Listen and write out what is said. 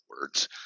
words